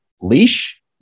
leash